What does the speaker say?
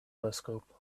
telescope